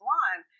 one